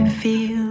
feel